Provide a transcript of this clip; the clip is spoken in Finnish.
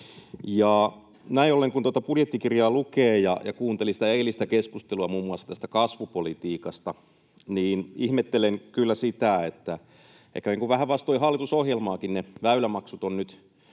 Näin ollen, kun tuota budjettikirjaa lukee ja kuunteli sitä eilistä keskustelua muun muassa tästä kasvupolitiikasta, ihmettelen kyllä sitä, että ehkä vähän vastoin hallitusohjelmaakin ne väylämaksut on nyt